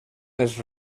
les